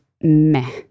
meh